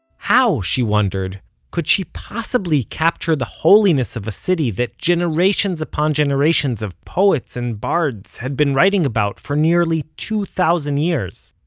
how, she wondered could she possibly capture the holiness of a city that generations upon generations of poets and bards had been writing about for nearly two thousand years?